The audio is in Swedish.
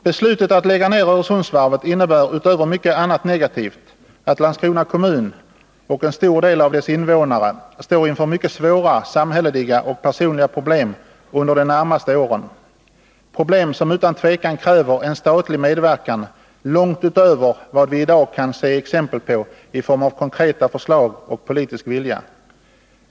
Beslutet att lägga ner Öresundsvarvet innebär utöver mycket annat negativt att Landskrona kommun och en stor del av dess invånare står inför mycket svåra samhälleliga och personliga problem under de närmaste åren, problem som utan tvivel kräver en statlig medverkan långt utöver vad vi i dag kan se exempel på i form av konkreta förslag och politisk vilja.